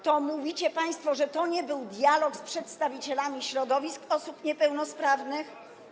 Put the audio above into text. To mówicie państwo, że to nie był dialog z przedstawicielami środowisk osób niepełnosprawnych?